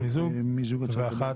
שעה) (החמרת הענישה בעבירות אלימות נגד קטין או חסר ישע),